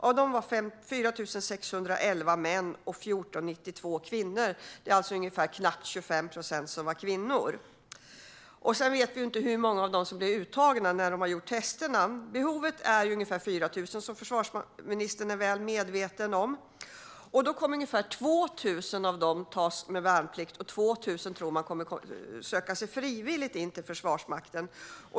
Av dem var 4 611 män och 1 492 kvinnor. Det var alltså knappt 25 procent kvinnor. Vi vet inte hur många av dem som blev uttagna efter att ha gjort testerna. Behovet är ungefär 4 000, som försvarsministern är väl medveten om. Ungefär 2 000 av dem kommer att tas in via värnplikten, och 2 000 tror man kommer att söka sig frivilligt till Försvarsmakten.